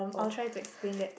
oh